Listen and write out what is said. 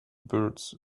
birds